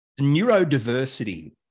neurodiversity